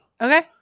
okay